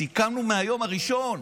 סיכמנו מהיום הראשון.